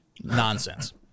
nonsense